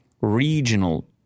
regional